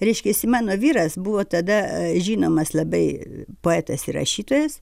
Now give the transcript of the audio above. reiškiasi mano vyras buvo tada žinomas labai poetas ir rašytojas